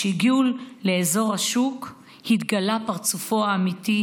כשהגיעו לאזור השוק התגלה פרצופו האמיתי,